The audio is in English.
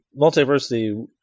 Multiversity